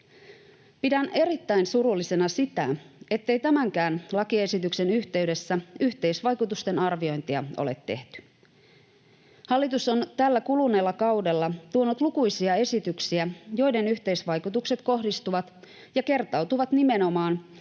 Pidän erittäin surullisena sitä, ettei tämänkään lakiesityksen yhteydessä yhteisvaikutusten arviointia ole tehty. Hallitus on tällä kuluneella kaudella tuonut lukuisia esityksiä, joiden yhteisvaikutukset kohdistuvat ja kertautuvat nimenomaan